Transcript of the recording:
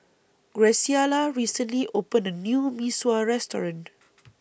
Graciela recently opened A New Mee Sua Restaurant